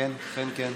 אכן כן.